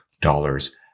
dollars